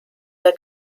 der